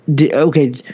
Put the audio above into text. okay